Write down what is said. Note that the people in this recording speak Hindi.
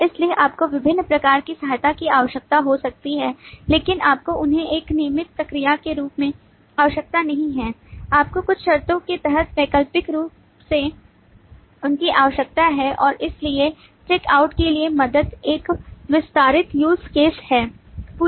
इसलिए आपको विभिन्न प्रकार की सहायता की आवश्यकता हो सकती है लेकिन आपको उन्हें एक नियमित प्रक्रिया के रूप में आवश्यकता नहीं है आपको कुछ शर्तों के तहत वैकल्पिक रूप से उनकी आवश्यकता है और इसलिए चेक आउट के लिए मदद एक विस्तारित use case है